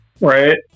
right